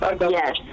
Yes